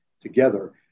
together